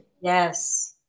Yes